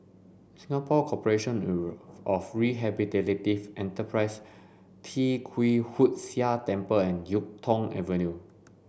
Singapore Corporation of Rehabilitative Enterprises Tee Kwee Hood Sia Temple and Yuk Tong Avenue